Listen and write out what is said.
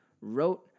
wrote